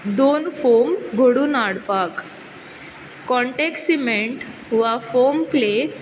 दोन फोम घडून हाडपाक कोन्टेक्ट सिमेंट वा फोम क्ले